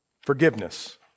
Forgiveness